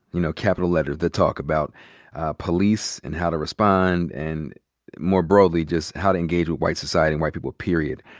you know, capital letter, the talk, about police and how to respond, and more broadly, just how to engage with white society and white people period.